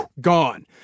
gone